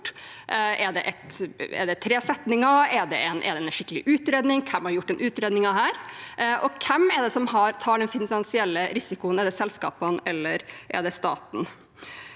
Er det tre setninger? Er det en skikkelig utredning? Hvem har laget denne utredningen? Og hvem er det som tar den finansielle risikoen? Er det selskapene, eller er det staten?